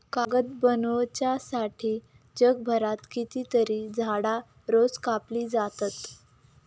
कागद बनवच्यासाठी जगभरात कितकीतरी झाडां रोज कापली जातत